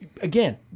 again